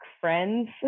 friends